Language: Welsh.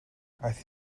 aeth